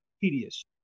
tedious